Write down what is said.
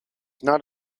not